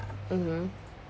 mmhmm